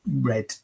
red